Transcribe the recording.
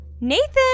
Nathan